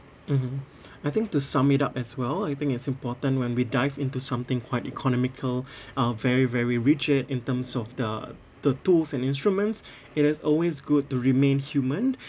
mm I think to sum it up as well I think it's important when we dive into something quite economical uh very very rigid in terms of the the tools and instruments it is always good to remain human